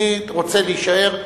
אני רוצה להישאר,